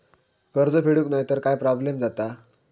कर्ज फेडूक नाय तर काय प्रोब्लेम जाता?